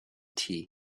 tea